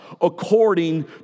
according